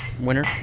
winner